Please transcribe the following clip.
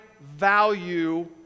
value